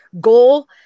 goal